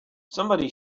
somebody